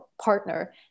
partner